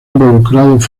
involucrados